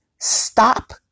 stop